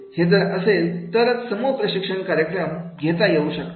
हे जर असेल तरच समूह प्रशिक्षण कार्यक्रम घेता येऊ शकते